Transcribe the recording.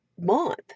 month